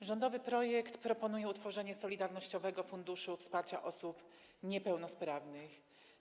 W rządowym projekcie proponuje się utworzenie Solidarnościowego Funduszu Wsparcia Osób Niepełnosprawnych.